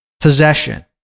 possession